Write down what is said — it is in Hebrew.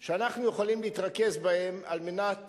איך אסון אישי, שקרה להם באופן אישי,